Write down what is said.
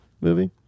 movie